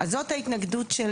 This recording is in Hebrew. אז זאת ההתנגדות של